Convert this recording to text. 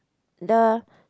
the